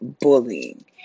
bullying